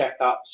checkups